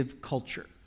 culture